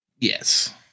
Yes